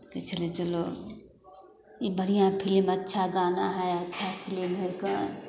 कहै छलियै चलो ई बढ़िआँ फिलिम अच्छा गाना हइ अच्छा फिलिम हइ कऽ